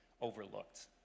overlooked